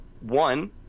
One